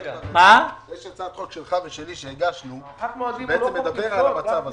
יש הצעת חוק שלך ושלי שהגשנו, שמדברת על המצב הזה.